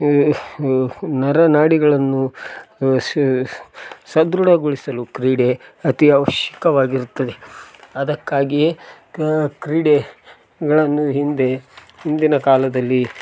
ನರನಾಡಿಗಳನ್ನು ಸದೃಢಗೊಳಿಸಲು ಕ್ರೀಡೆ ಅತಿ ಅವಶ್ಯಕವಾಗಿರುತ್ತದೆ ಅದಕ್ಕಾಗಿ ಕ್ರೀಡೆ ಗಳನ್ನು ಹಿಂದೆ ಹಿಂದಿನ ಕಾಲದಲ್ಲಿ